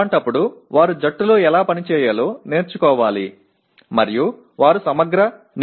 అలాంటప్పుడు వారు జట్టులో ఎలా పని చేయాలో నేర్చుకోవాలి మరియు వారు సమగ్ర నివేదిక రాయాలి